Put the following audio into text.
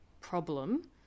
problem